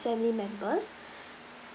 family members